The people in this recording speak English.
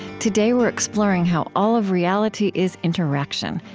today, we're exploring how all of reality is interaction,